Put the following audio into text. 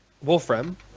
Wolfram